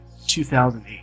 2008